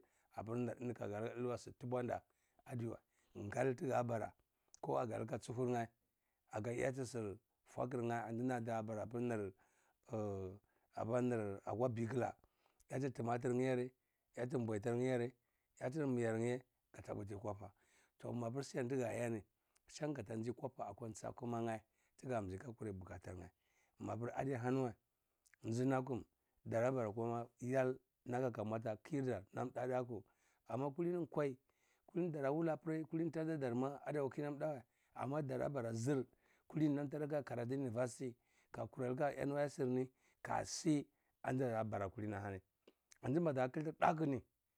Apirai eni kaga leha ditbasu tibwan da adiwa ngal tiga bara koh aga lihachuhur yeh agaya ti sur fwakhiryeh ani nam tiada wara apir nir apanir akwa bigla byati tirnatirnyereh, iyati boitar yweh iyati muyaryigareh aga puti kwapa toh mapir snini shan tiga yani shan gata ji kwapa akwasa khmanyeh tigamizi aga kwurai bukataryeh mapir adiahani wa njinakum dara bara ana. Pir nkwa yal nam kaka madar khirdar nam dakwu amma kulini nkwai kulini dara wuleh apri kulini ma tadadar ma adiakwa kinam dawa amma dara bara zhir eni nam tara kuratu university ka kurai k aloha ya nysc ni kasi anti nam ti dara para kulini dhani anti maga khitir nam dakwu ni.